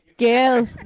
Girl